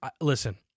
listen